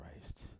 Christ